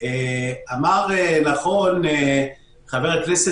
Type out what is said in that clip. אמר נכון חבר הכנסת